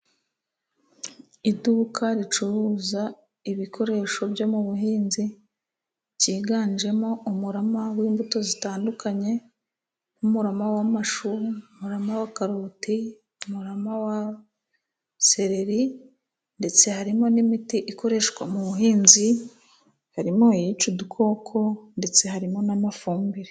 Iduka ricuruza ibikoresho byo mu buhinzi byiganjemo umurama w'imbuto zitandukanye nk'umurama w'amashu, umarama wa karoti, umurama wa seleri ndetse harimo n'imiti ikoreshwa mu buhinzi. Harimo iyica udukoko ndetse harimo n'amafumbire.